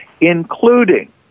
including